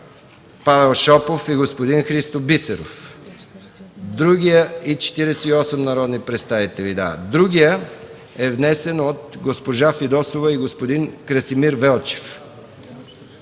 Павел Шопов, Христо Бисеров и 48 народни представители. Другият е внесен от госпожа Фидосова и господин Красимир Велчев.